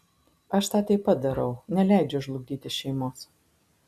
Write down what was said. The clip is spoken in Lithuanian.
aš tą taip pat darau neleidžiu žlugdyti šeimos